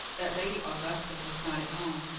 that lady augusta was not at home.